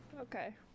Okay